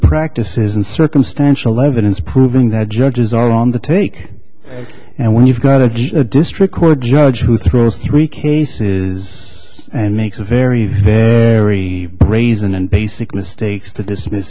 practices and circumstantial evidence proving that judges are on the take and when you've got a district court judge who throws three cases and makes a very very brazen and basic mistakes to dismiss